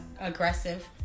aggressive